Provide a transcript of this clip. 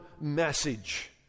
message